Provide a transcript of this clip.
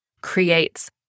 creates